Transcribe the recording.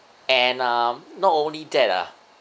and uh not only that ah